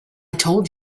told